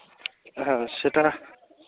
হ্যাঁ সেটা